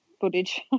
footage